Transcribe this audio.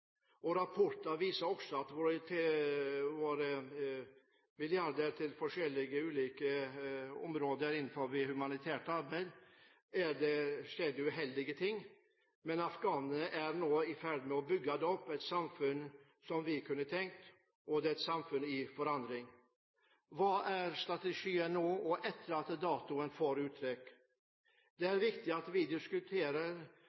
Rapporter viser også at det har skjedd uheldige ting med våre milliarder til forskjellige ulike områder innen humanitært arbeid, men afghanerne er nå i ferd med å bygge opp et samfunn, slik vi tenkte, og det er et samfunn i forandring. Hva er strategien nå og etter datoen for uttrekk? Det er